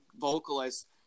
vocalist